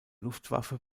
luftwaffe